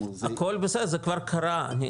הכול בסדר, זה כבר קרה.